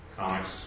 comics